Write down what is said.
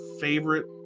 favorite